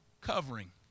covering